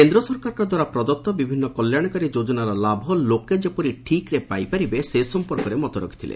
କେନ୍ଦ୍ର ସରକାରଙ୍କ ଦ୍ୱାରା ପ୍ରଦତ୍ତ ବିଭିନ୍ନ କଲ୍ୟାଣକାରୀ ଯୋଜନାର ଲାଭ ଲୋକେ ଯେପରି ଠିକ୍ରେ ପାଇପାରିବେ ସେ ସଂପର୍କରେ ମତ ରଖିଥିଲେ